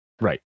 Right